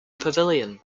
pavilion